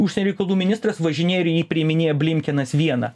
užsienio reikalų ministras važinėja ir jį priiminėja blinkenas vieną